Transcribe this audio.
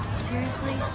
seriously?